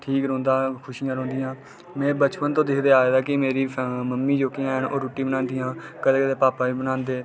ठीक रौंह्दा खुशियां रौह्दा में बचपन दा दिखदा आवै दा कि मेरी फैमली मेरी मम्मी जेह्कियां न ओह् रुट्टियां बनांदियां न कदें कदें पापा बी बनांदे